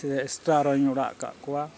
ᱥᱮ ᱥᱴᱟᱨᱟ ᱟᱨᱚᱧ ᱚᱲᱟᱜ ᱠᱟᱫ ᱠᱚᱣᱟ